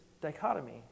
dichotomy